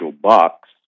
box